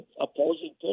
opposing